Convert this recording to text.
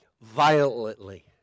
violently